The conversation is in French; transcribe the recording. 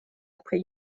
après